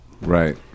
Right